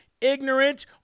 ignorant